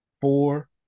four